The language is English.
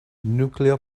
nuclear